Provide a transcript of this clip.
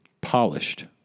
Polished